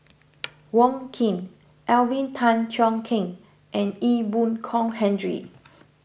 Wong Keen Alvin Tan Cheong Kheng and Ee Boon Kong Henry